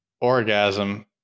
orgasm